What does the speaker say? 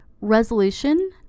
Resolution